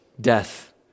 death